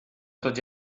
tots